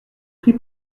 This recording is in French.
pris